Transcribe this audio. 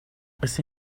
ese